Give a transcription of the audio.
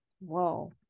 whoa